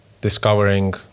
discovering